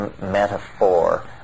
metaphor